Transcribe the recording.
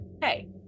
Hey